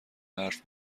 حرف